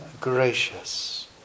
gracious